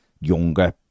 younger